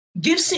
Give